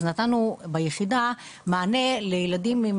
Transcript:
אז נתנו ביחידה מענה לילדים עם